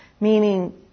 Meaning